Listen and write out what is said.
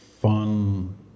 fun